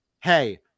Hey